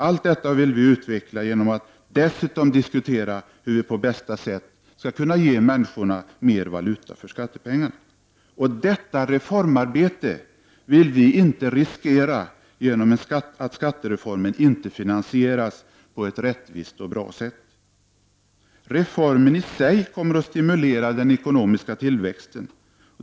Allt detta vill vi utveckla i diskussionen om hur vi på bästa sätt kan ge människorna större valuta för skattepengarna. Detta reformarbete vill vi inte riskera genom en orättvis och dålig finansiering av skattereformen. Reformen i sig kommer att stimulera den ekonomiska tillväxten.